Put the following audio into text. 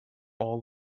all